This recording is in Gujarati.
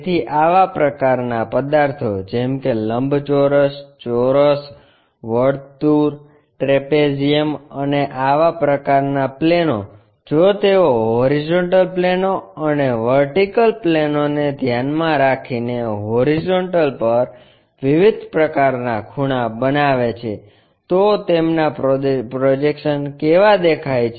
તેથી આવા પ્રકારના પદાર્થો જેમ કે લંબચોરસ ચોરસ વર્તુળ ટ્રેપેઝિયમસમલંબ ચતુષ્કોણ અને આવા પ્રકારનાં પ્લેનો જો તેઓ હોરીઝોન્ટલ પ્લેનો અને વર્ટિકલ પ્લેનોને ધ્યાનમાં રાખીને હોરીઝોન્ટલ પર વિવિધ પ્રકારનાં ખૂણા બનાવે છે તો તેમના પ્રોજેક્શન્સ કેવા દેખાય છે